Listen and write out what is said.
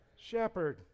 shepherd